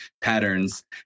patterns